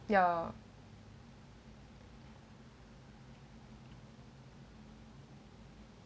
ya